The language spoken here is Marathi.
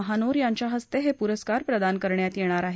महानोर यांच्या हस्ते हे पुरस्कार प्रदान करण्यात येणार आहेत